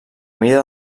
mida